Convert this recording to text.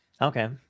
okay